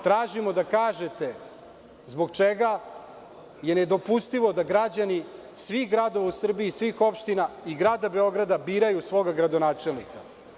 Tražimo da kažete - zbog čega je nedopustivo da građani svih gradova u Srbiji, svih opština i Grada Beograda biraju svog gradonačelnika?